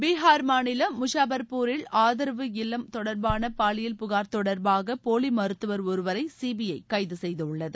பீகார் மாநிலம் முஷாஃபர்பூரில் ஆதரவு இல்லம் தொடர்பான பாலியல் புகார் தொடர்பாக போலி மருத்துவர் ஒருவரை சிபிஐ கைது செய்துள்ளது